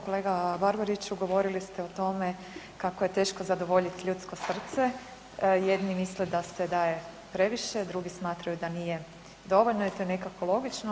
Kolega Barbariću, govorili ste o tome kako je teško zadovoljiti ljudsko srce, jedni misle da se daje previše, drugi smatraju da nije dovoljno i to je nekako logično.